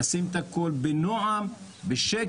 נעשה את הכל בנועם ובשקט.